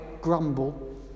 grumble